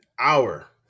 Hour